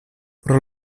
pro